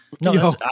No